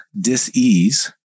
dis-ease